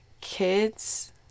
kids